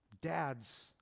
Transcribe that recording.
Dads